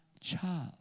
child